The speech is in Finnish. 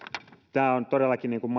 tämä on todellakin niin kuin